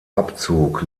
abzug